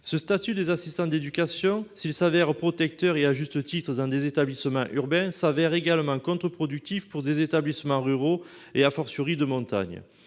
Ce statut des assistants d'éducation, s'il est protecteur, et à juste titre, dans des établissements urbains, s'avère contre-productif pour des établissements ruraux, et de montagne.